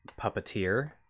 puppeteer